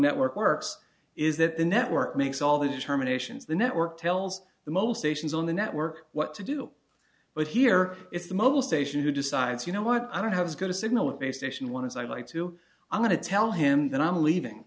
network works is that the network makes all the determinations the network tells the most stations on the network what to do but here it's the mobile station who decides you know what i don't have as good a signal of a station one is i'd like to i'm going to tell him that i'm leaving